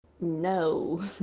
No